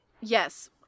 yes